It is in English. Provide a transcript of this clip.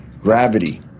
gravity